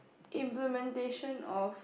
implementation of